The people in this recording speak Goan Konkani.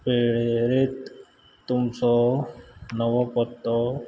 वेळेरेंत तुमचो नवो पत्तो